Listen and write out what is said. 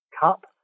cup